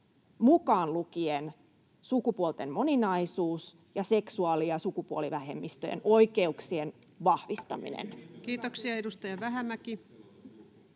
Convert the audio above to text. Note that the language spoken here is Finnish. mukaan lukien sukupuolten moninaisuus ja seksuaali- ja sukupuolivähemmistöjen oikeuksien vahvistaminen? [Jani Mäkelä: